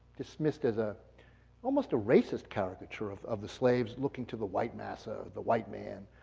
dismissed as ah almost a racist caricature of of the slaves looking to the white massa, the white man,